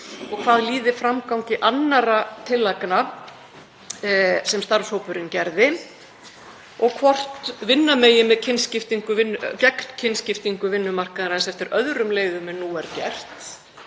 og hvað líði framgangi annarra tillagna sem starfshópurinn gerði og hvort vinna megi gegn kynskiptingu vinnumarkaðarins eftir öðrum leiðum en nú er gert.